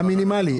זה המינימלי.